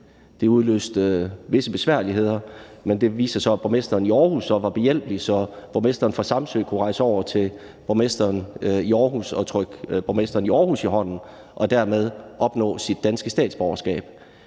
Det udløste visse besværligheder, men det viste sig så, at borgmesteren i Aarhus var behjælpelig, så borgmesteren fra Samsø kunne rejse over til borgmesteren i Aarhus og trykke borgmesteren i Aarhus i hånden og dermed opnå sit danske statsborgerskab.